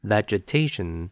Vegetation